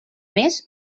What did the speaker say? més